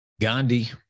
gandhi